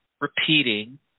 repeating